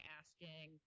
asking